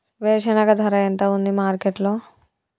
వేరుశెనగ ధర ఎంత ఉంది మార్కెట్ లో?